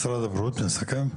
משרד הבריאות מסכם?